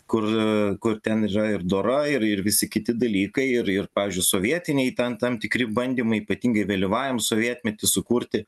kur kur ten yra ir dora ir ir visi kiti dalykai ir ir pavyzdžiui sovietiniai ten tam tikri bandymai ypatingai vėlyvajam sovietmety sukurti